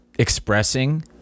expressing